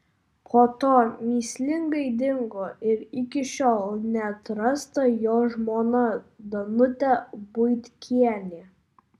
po to mįslingai dingo ir iki šiol neatrasta jo žmona danutė buitkienė